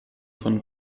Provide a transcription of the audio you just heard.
von